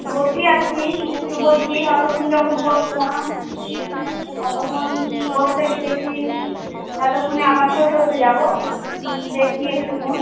বসি আছি একটু বসি অতোক্ষণ যখন বসলাম অতোক্ষণ বসতে যেতে কি এতোক্ষণে আবার টোটোতে যাবো দেখি একটুখন